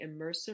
immersive